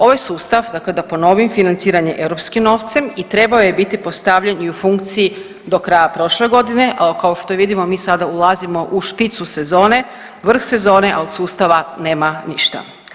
Ovaj sustav, dakle da ponovim, financiran je europskim novcem i trebao je biti postavljen i u funkciji do kraja prošle godine, a kao što je vidljivo mi sada ulazimo u špicu sezone, vrh sezone, a od sustava nema ništa.